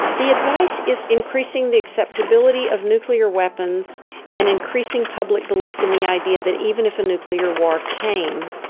the advice is increasing the acceptability of nuclear weapons and increasing public belief in the idea that even if a nuclear war came,